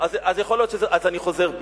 אז אני חוזר בי.